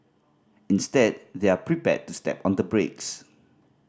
instead they're prepared to step on the brakes